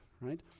right